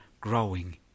growing